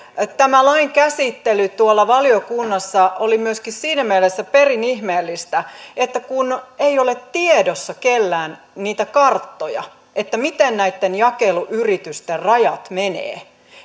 lain käsittely valiokunnassa oli myöskin siinä mielessä perin ihmeellistä että ei ole tiedossa kellään niitä karttoja miten näitten jakeluyritysten rajat menevät